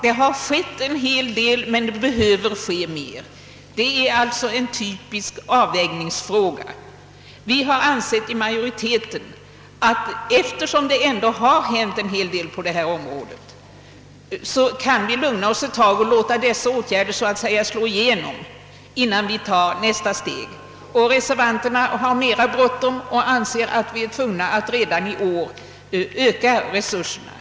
Det har skett en hel del men behöver göras mera. Här har vi alltså en typisk avvägningsfråga. Utskottsmajoriteten har ansett att vi, eftersom det ändå gjorts ganska mycket på detta område, kan lugna oss ett tag och låta åtgärderna så att säga slå igenom innan vi tar nästa steg. Reservanterna har mera bråttom och menar att vi är tvungna att redan i år öka resurserna.